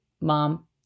mom